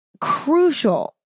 crucial